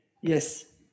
Yes